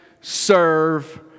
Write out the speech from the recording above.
serve